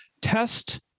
Test